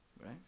Right